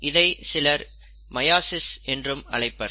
இதை சிலர் மையாஸிஸ் என்றும் அழைப்பர்